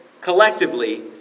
collectively